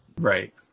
Right